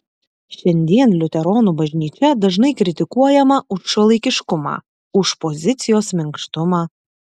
šiandien liuteronų bažnyčia dažnai kritikuojama už šiuolaikiškumą už pozicijos minkštumą